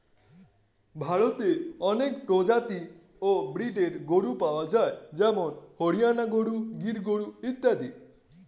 ভারতে অনেক প্রজাতি ও ব্রীডের গরু পাওয়া যায় যেমন হরিয়ানা গরু, গির গরু ইত্যাদি